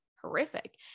horrific